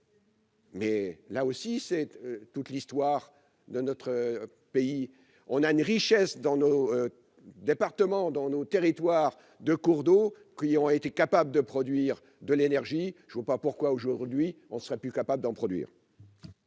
Mais là aussi, c'est toute l'histoire de notre pays, on a une richesse dans nos départements, dans nos territoires de cours d'eau qui ont été capable de produire de l'énergie, je ne vois pas pourquoi aujourd'hui on serait plus capable d'en produire.